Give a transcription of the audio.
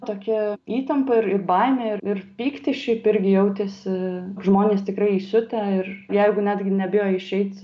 tokia įtampa ir ir baimė ir pyktis šiaip irgi jautėsi žmonės tikrai įsiutę ir jeigu netgi nebijo išeit